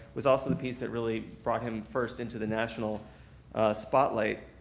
was also the piece that really brought him, first, into the national spotlight.